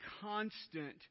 constant